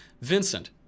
Vincent